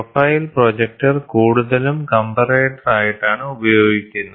profile projector കൂടുതലും comparator ആയിട്ടാണ് ഉപയോഗിക്കുന്നത്